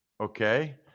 okay